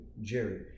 Jerry